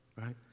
right